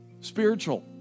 spiritual